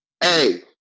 Hey